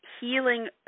healing